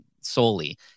solely